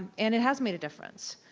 and it has made a difference.